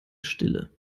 stille